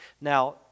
Now